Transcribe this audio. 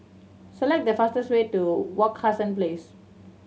select the fastest way to Wak Hassan Place